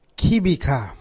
kibika